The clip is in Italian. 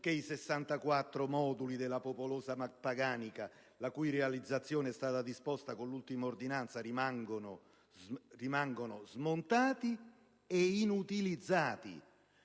che i 64 moduli della popolosa Paganica, la cui realizzazione è stata disposta con l'ultima ordinanza, rimangono smontati e inutilizzati.